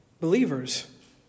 believers